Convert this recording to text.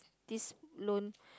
this loan